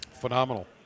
Phenomenal